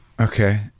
Okay